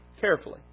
Carefully